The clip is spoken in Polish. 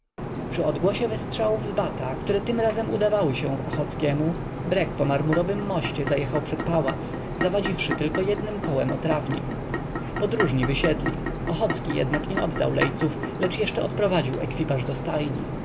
przy odgłosie wystrzałów z bata które tym razem udawały się ochockiemu brek po marmurowym moście zajechał przed pałac zawadziwszy tylko jednem kołem o trawnik podróżni wysiedli ochocki jednak nie oddał lejców lecz jeszcze odprowadził ekwipaż do stajni